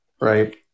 right